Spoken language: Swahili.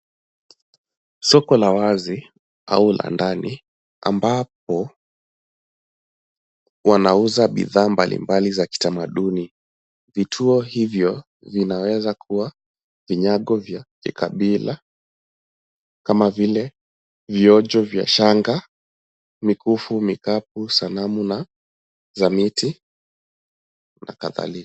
"Soko la wazi au la ndani ambapo wanauza bidhaa mbalimbali za kitamaduni. Vituo hivyo vinaweza kuwa vinyago vya kikabila kama vile viojo vya shanga, mikufu, mikapu, sanamu za miti na kadhalika."